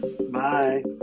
Bye